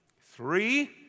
three